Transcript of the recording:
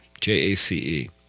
J-A-C-E